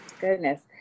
goodness